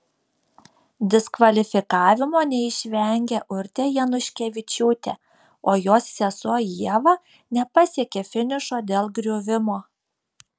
diskvalifikavimo neišvengė urtė januškevičiūtė o jos sesuo ieva nepasiekė finišo dėl griuvimo